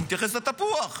הוא מתייחס לתפוח.